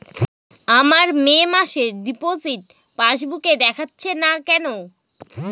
আমার মে মাসের ডিপোজিট পাসবুকে দেখাচ্ছে না কেন?